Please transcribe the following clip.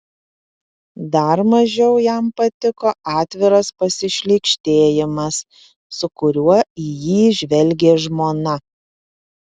dar mažiau jam patiko atviras pasišlykštėjimas su kuriuo į jį žvelgė žmona